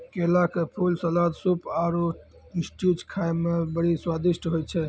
केला के फूल, सलाद, सूप आरु स्ट्यू खाए मे बड़ी स्वादिष्ट होय छै